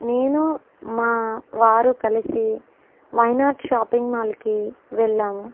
నేను మా వారు కలసి వై నాట్ షాపింగ్మాల్కి వెళ్ళాము